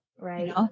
Right